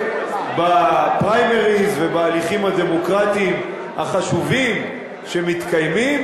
בפריימריז ובהליכים הדמוקרטיים החשובים שמתקיימים,